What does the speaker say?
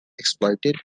exploited